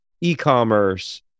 e-commerce